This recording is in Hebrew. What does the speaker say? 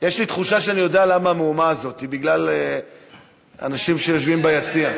בגלל אנשים שיושבים ביציע.